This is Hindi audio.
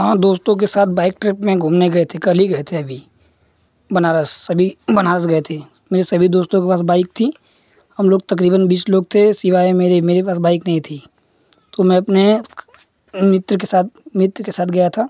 हाँ दोस्तों के साथ बाइक ट्रिप में घूमने गए थे कल ही गए थे अभी बनारस अभी बनारस गए थे मेरे सभी दोस्तों के पास बाइक थी हम लोग तकरीबन बीस लोग थे सिवाय मेरे मेरे पास बाइक नहीं थी तो मैं अपने मित्र के साथ मित्र के साथ गया था